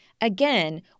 Again